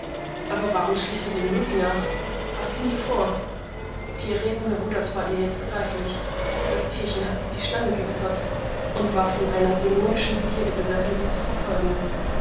aber warum schlich er dem yogi nach was ging hier vor die erregung garudas war ihr jetzt begreiflich das tierchen hatte die schlange gewittert und war von einer dämonischen begierde besessen sie zu verfolgen